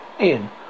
Ian